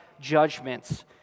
judgments